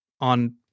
on